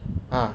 ah